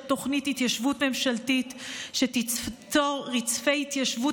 תוכנית התיישבות ממשלתית שתיצור רצפי התיישבות